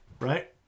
right